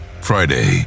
Friday